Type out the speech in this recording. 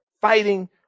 fighting